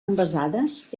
envasades